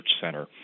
Center